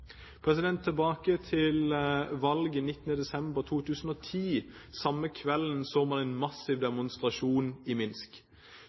Tilbake til valget 19. desember 2010, samme kvelden som det var en massiv